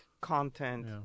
content